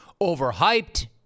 Overhyped